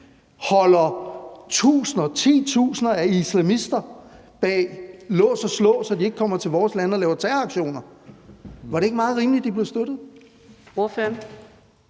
holder titusinder af islamister bag lås og slå, så de ikke kommer til vores lande og laver terroraktioner. Var det ikke meget rimeligt, at de blev støttet?